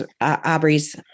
Aubrey's